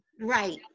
Right